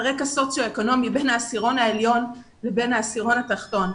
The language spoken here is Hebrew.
רקע סוציו אקונומי בין העשירון העליון לבין העשירון התחתון.